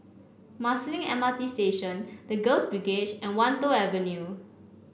Marsiling M R T Station The Girls Brigade and Wan Tho Avenue